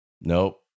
Nope